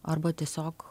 arba tiesiog